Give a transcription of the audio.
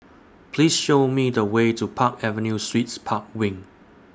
Please Show Me The Way to Park Avenue Suites Park Wing